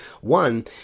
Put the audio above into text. One